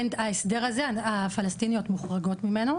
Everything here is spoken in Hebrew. ההסדר הזה, הפלסטיניות מוחרגות ממנו.